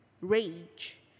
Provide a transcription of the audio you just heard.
rage